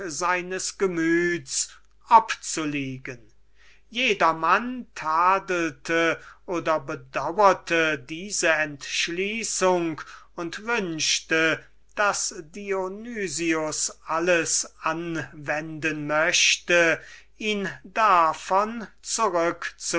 jedermann tadelte oder bedaurte diese entschließung und wünschte daß dionys alles anwenden möchte ihn davon